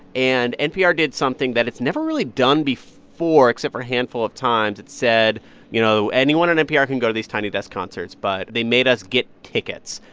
and npr did something that it's never really done before except for a handful of times. it said you know, anyone at npr can go to these tiny desk concerts, but they made us get tickets.